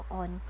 on